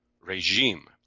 regime